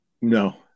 No